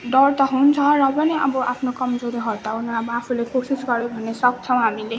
डर त हुन्छ र पनि अब आफ्नो कमजोरी हटाउन अब आफूले कोसिस गऱ्यो भने सक्छौँ हामीले